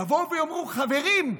יבואו ויאמרו: חברים,